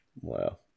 Wow